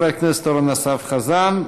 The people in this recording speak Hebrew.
חבר הכנסת אורן אסף חזן,